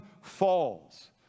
falls